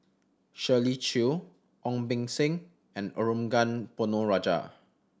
Shirley Chew Ong Beng Seng and Arumugam Ponnu Rajah